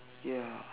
ya